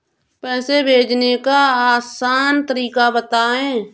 पैसे भेजने का आसान तरीका बताए?